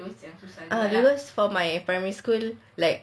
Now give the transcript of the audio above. ah because for my primary school like